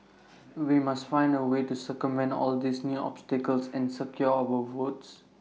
we must find A way to circumvent all these new obstacles and secure our votes